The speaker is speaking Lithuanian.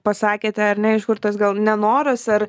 pasakėte ar ne iš kur tas gal nenoras ar